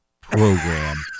program